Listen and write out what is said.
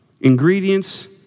Ingredients